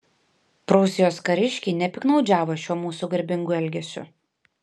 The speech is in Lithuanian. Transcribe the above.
prūsijos kariškiai nepiktnaudžiavo šiuo mūsų garbingu elgesiu